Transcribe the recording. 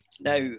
now